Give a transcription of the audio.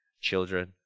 children